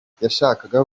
yashakaga